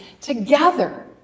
together